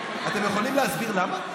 אתם יכולים להסביר למה?